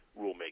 rulemaking